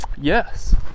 Yes